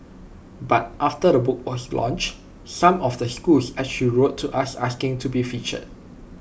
but after the book was launched some of the schools actually wrote to us asking to be featured